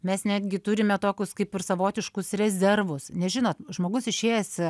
mes netgi turime tokius kaip ir savotiškus rezervus nes žinot žmogus išėjęs